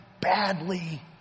badly